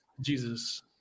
Jesus